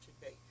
today